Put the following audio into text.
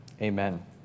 amen